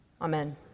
amen